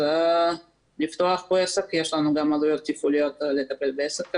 אז לפתוח פה עסק יש לנו גם עלויות תפעוליות לטפל בעסק כזה,